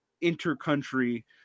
inter-country